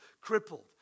crippled